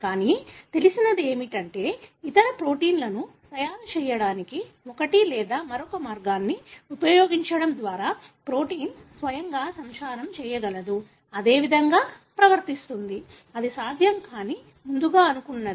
కానీ తెలిసినదేమిటంటే ఇతర ప్రోటీన్లను తయారు చేయడానికి ఒకటి లేదా మరొక మార్గాన్ని ఉపయోగించడం ద్వారా ప్రోటీన్ స్వయంగా సంచారం చేయగలదు అదే విధంగా ప్రవర్తిస్తుంది అది సాధ్యం కాదని ముందుగా అనుకున్నది